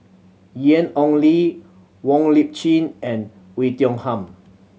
Ian Ong Li Wong Lip Chin and Oei Tiong Ham